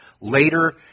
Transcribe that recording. Later